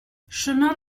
chemin